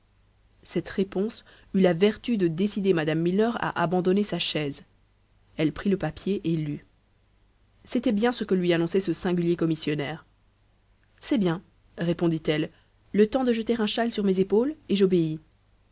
cette réponse eut la vertu de décider mme milner à abandonner sa chaise elle prit le papier et lut c'était bien ce que lui annonçait ce singulier commissionnaire c'est bien répondit-elle le temps de jeter un châle sur mes épaules et j'obéis